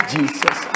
Jesus